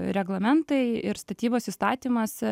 reglamentai ir statybos įstatymas